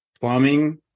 plumbing